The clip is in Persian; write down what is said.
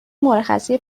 مرخصی